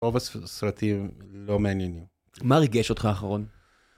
רוב הסרטים לא מעניינים. מה ריגש אותך האחרון?